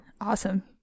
Awesome